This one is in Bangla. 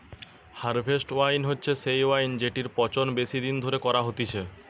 হারভেস্ট ওয়াইন হচ্ছে সেই ওয়াইন জেটির পচন বেশি দিন ধরে করা হতিছে